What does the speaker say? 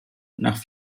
nach